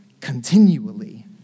continually